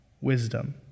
wisdom